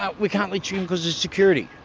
ah we can't let you in because of security.